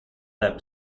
that